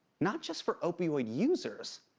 not just for opioid users,